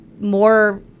more